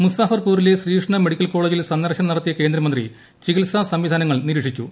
മുസാഫർപൂരിലെ Sri Krishna medical കോളേജിൽ സന്ദർശനം നടത്തിയ കേന്ദ്രമന്ത്രി ചികിത്സാ സംവിധാനങ്ങൾ നിരീക്ഷിച്ചു